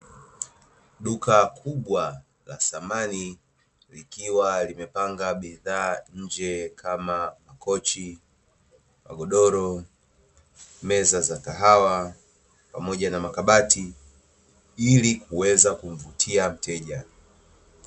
Duka kubwa la dhamani likiwa limebanga bidhaa nje kama magodoro vitanda meza pamoja na makabati ili kuweza kumvutia mteja